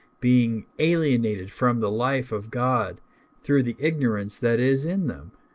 being alienated from the life of god through the ignorance that is in them,